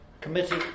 committee